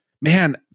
man